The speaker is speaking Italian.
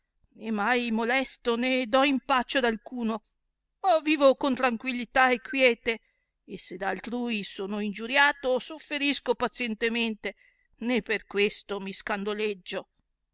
né mai molesto né do impaccio ad alcuno ma vivo con tranquillità e quiete e se da altrui sono ingiui'iato sofferisco pazientemente né per questo mi